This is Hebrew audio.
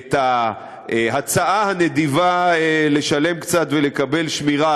את ההצעה הנדיבה לשלם קצת ולקבל שמירה,